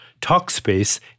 Talkspace